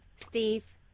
Steve